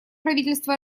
правительство